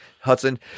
Hudson